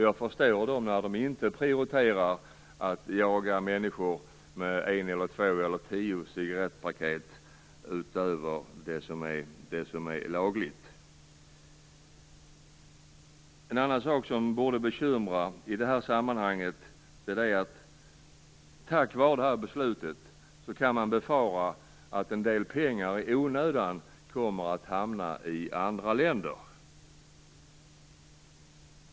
Jag förstår om man inte prioriterar att jaga människor med ett två eller tio cigarettpaket utöver det som är lagligt. En annan sak som borde vara ett bekymmer är att man tack vare det här beslutet kan befara att en del pengar i onödan kommer att hamna i andra länder.